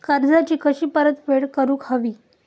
कर्जाची कशी परतफेड करूक हवी?